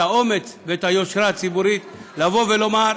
את האומץ ואת היושרה הציבורית לבוא ולומר: